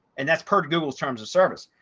and that's part of google's terms of service.